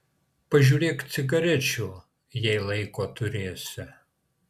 pažiūrėk cigarečių jeigu laiko turėsi